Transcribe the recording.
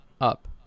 up